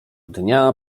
dnia